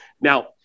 Now